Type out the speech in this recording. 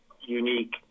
unique